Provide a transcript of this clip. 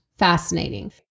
fascinating